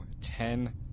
ten